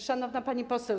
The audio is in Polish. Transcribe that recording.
Szanowna Pani Poseł!